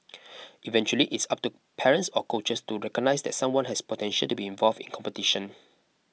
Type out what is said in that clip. eventually it's up to parents or coaches to recognise that someone has potential to be involved in competition